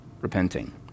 repenting